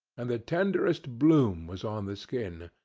and the tenderest bloom was on the skin.